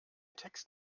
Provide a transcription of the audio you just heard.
text